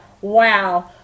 Wow